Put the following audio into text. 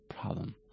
problem